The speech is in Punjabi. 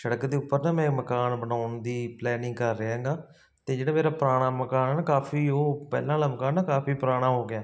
ਸੜਕ ਦੇ ਉੱਪਰ ਨਾ ਮੈਂ ਮਕਾਨ ਬਣਾਉਣ ਦੀ ਪਲੈਨਿੰਗ ਕਰ ਰਿਹਾ ਹੈਗਾ ਅਤੇ ਜਿਹੜਾ ਮੇਰਾ ਪੁਰਾਣਾ ਮਕਾਨ ਹੈ ਨਾ ਕਾਫੀ ਉਹ ਪਹਿਲਾਂ ਆਲਾ ਮਕਾਨ ਨਾ ਕਾਫੀ ਪੁਰਾਣਾ ਹੋ ਗਿਆ